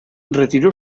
retiró